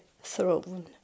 throne